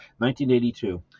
1982